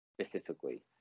specifically